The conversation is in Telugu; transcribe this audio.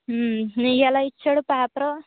నీవి ఎలా ఇచ్చాడు పేపర్